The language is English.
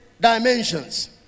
dimensions